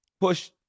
push